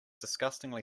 disgustingly